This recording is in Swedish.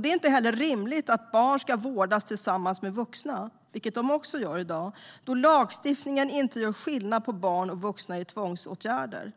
Det är inte heller rimligt att barn ska vårdas tillsammans med vuxna, vilket de gör i dag då lagstiftningen inte gör skillnad på barn och vuxna i tvångsåtgärder.